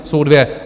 Jsou dvě.